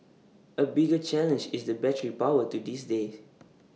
A bigger challenge is the battery power to this day